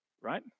right